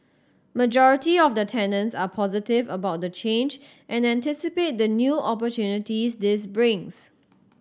majority of the tenants are positive about the change and anticipate the new opportunities this brings